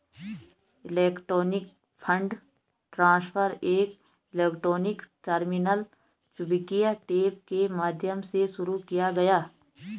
electronic fund transfer एक electronic terminal चुंबकीय tape के माध्यम से शुरू किया गया